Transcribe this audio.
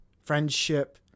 friendship